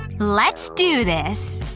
let's do this.